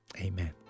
amen